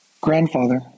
Grandfather